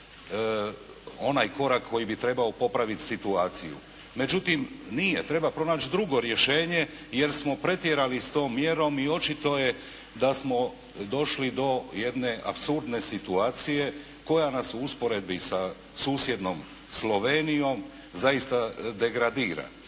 onaj korak koji bi trebao popraviti situaciju. Međutim, nije! Treba pronaći drugo rješenje jer smo pretjerali s tom mjerom i očito je da smo došli do jedne apsurdne situacije koja nas u usporedbi sa susjednom Slovenijom zaista degradira.